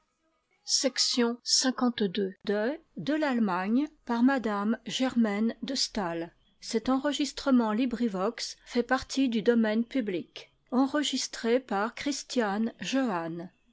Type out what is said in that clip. de m de